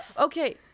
okay